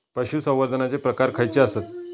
पशुसंवर्धनाचे प्रकार खयचे आसत?